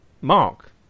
Mark